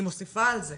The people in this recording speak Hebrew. אני מוסיפה על זה,